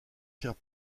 firent